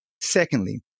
Secondly